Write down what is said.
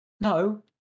No